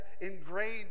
ingrained